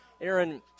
Aaron